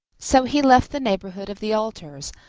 so he left the neighbourhood of the altars,